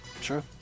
Sure